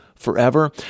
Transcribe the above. Forever